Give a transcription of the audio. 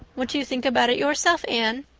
what do you think about it yourself, anne?